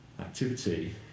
activity